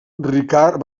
ricard